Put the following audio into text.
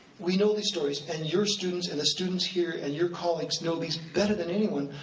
we know these stories, and your students, and the students here and your colleagues know these better than anyone,